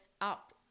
up